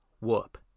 whoop